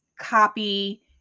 copy